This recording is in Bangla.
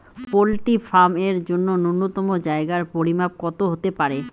পোল্ট্রি ফার্ম এর জন্য নূন্যতম জায়গার পরিমাপ কত হতে পারে?